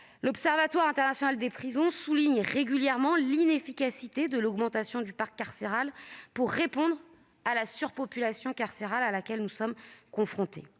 l'Observatoire international des prisons souligne régulièrement l'inefficacité de l'augmentation du parc carcéral pour répondre à la surpopulation carcérale à laquelle nous sommes confrontés.